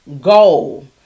goal